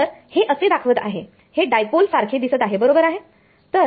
तर हे असे दाखवत आहे हे डायपोल सारखे दिसत आहे बरोबर आहे